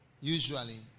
usually